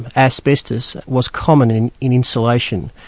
and asbestos was common in in insulation.